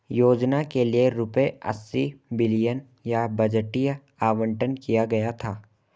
योजना के लिए रूपए अस्सी बिलियन का बजटीय आवंटन किया गया था